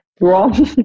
wrong